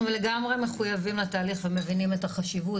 אנחנו לגמרי מחויבים לתהליך ומבינים את החשיבות,